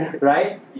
Right